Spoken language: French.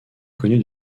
connue